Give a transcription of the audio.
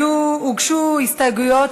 שהוגשו הסתייגויות,